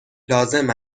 لازم